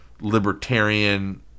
libertarian